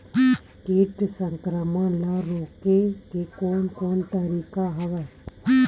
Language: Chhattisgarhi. कीट संक्रमण ल रोके के कोन कोन तरीका हवय?